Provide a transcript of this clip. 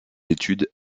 études